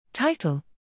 Title